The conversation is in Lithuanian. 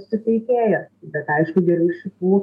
suteikėją bet aišku geriau šitų